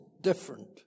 different